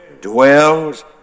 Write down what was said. dwells